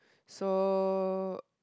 so